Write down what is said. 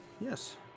Yes